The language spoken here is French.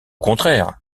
contraire